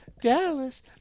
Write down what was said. Dallas